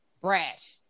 Brash